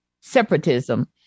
separatism